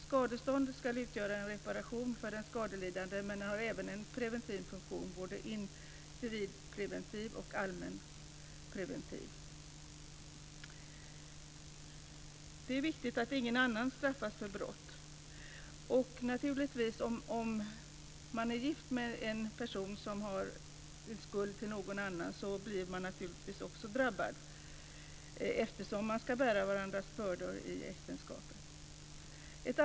Skadestånd ska utgöra en reparation för den skadelidande, men det har även en preventiv funktion, både allmänpreventiv och individualpreventiv funktion. Det är viktigt att ingen annan än förövaren straffas för brott. Om man är gift med en person som har en skuld blir man naturligtvis drabbad av det, eftersom man ska bära varandras bördor i äktenskapet.